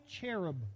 cherub